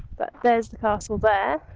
but there's the castle there.